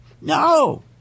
No